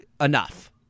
enough